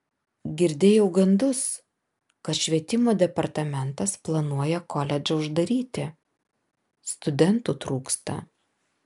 girdėjau gandus kad švietimo departamentas planuoja koledžą uždaryti studentų trūksta